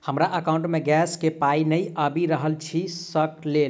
हमरा एकाउंट मे गैस केँ पाई नै आबि रहल छी सँ लेल?